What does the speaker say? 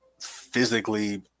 physically